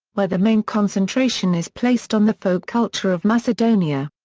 where the main concentration is placed on the folk culture of macedonia.